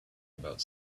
about